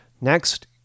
Next